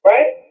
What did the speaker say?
Right